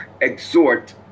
exhort